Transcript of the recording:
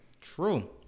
true